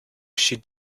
she